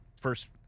first